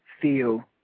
feel